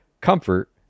Comfort